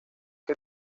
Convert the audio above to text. que